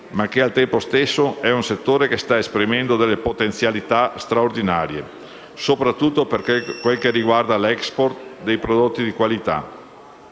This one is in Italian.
ma che al tempo stesso sta esprimendo delle potenzialità straordinarie, soprattutto per quel che riguarda l'*export* dei prodotti di qualità.